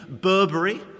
Burberry